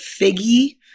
figgy